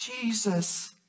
Jesus